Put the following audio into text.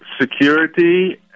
security